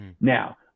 now